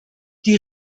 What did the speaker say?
die